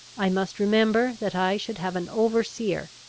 i must remember that i should have an overseer,